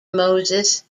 moses